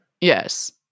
Yes